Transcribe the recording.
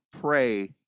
pray